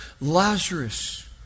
Lazarus